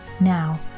Now